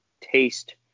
taste